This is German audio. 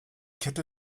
kette